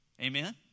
amen